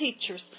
teachers